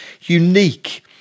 unique